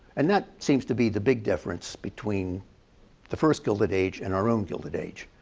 and that seems to be the big difference between the first gilded age and our own gilded age.